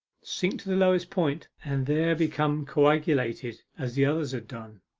sink to the lowest point, and there become coagulated as the others had done.